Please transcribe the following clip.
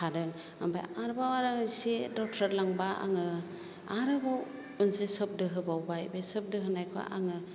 थादों ओमफ्राय आरोबाव एसे दावथ्रोद लांबा आङो आरोबाव मोनसे सोदोब होबावबाय बे सोदोब होनायखौ आङो